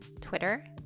Twitter